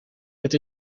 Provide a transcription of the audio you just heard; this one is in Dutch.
het